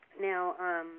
Now